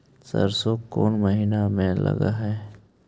सरसों कोन महिना में लग है?